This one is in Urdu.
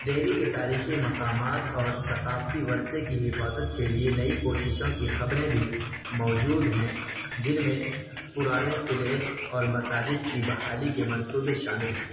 دلی کے تاریخی مقامات اور ثقافتی ورثے کی حفاظت کے لیے نئی کوششوں کی خبریں بھی موجود ہیں جن میں پرانے قلعے اور مساجد کی بحالی کے منصوبے شامل ہیں